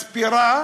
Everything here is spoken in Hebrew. מספרה